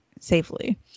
safely